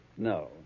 no